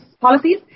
policies